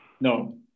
No